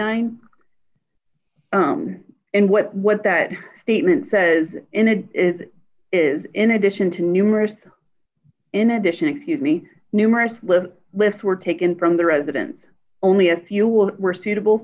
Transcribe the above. nine and what what that statement says in it is is in addition to numerous in addition excuse me numerous live lists were taken from the residence only a few will were suitable